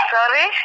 Sorry